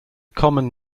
common